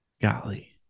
Golly